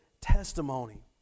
testimony